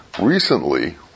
recently